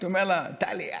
הייתי אומר לה: טלי,